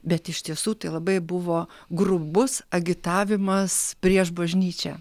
bet iš tiesų tai labai buvo grubus agitavimas prieš bažnyčią